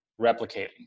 replicating